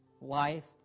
life